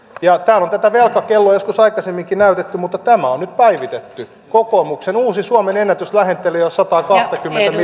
täällä on tätä velkakelloa joskus aikaisemminkin näytetty mutta tämä on nyt päivitetty kokoomuksen uusi suomenennätys lähentelee jo sataakahtakymmentä